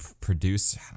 produce